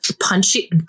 punchy